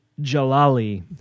Jalali